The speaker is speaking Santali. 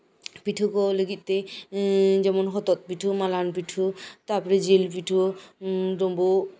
ᱯᱤᱴᱷᱟᱹ ᱠᱚ ᱞᱟᱜᱤᱫ ᱛᱮ ᱮᱸ ᱡᱮᱢᱚᱱ ᱦᱚᱛᱚᱛ ᱯᱤᱴᱷᱟᱹ ᱢᱟᱞᱦᱟᱱ ᱯᱤᱴᱷᱟᱹ ᱛᱟᱨᱯᱚᱨᱮ ᱡᱮᱹᱞ ᱯᱤᱴᱷᱟᱹ ᱰᱳᱸᱵᱳᱜ